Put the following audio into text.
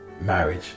marriage